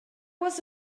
was